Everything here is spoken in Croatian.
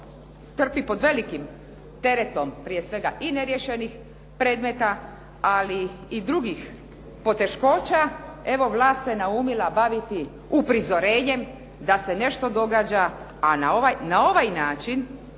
trpi pod velikim teretom prije svega i neriješenih predmeta ali i drugih poteškoća evo vlast se naumila baviti uprizorenjem da se nešto događa, a na ovaj način